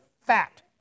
fact